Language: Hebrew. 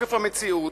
בתוקף המציאות,